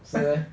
是 meh